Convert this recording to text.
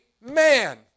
man